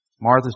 Martha